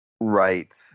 Right